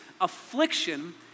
affliction